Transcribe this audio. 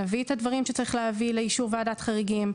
נביא את הדברים שצריך להביא לאישור ועדת חריגים.